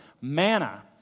manna